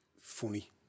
funny